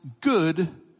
good